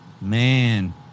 man